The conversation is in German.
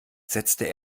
setzte